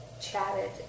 chatted